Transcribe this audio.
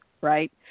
right